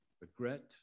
regret